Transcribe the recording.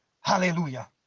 hallelujah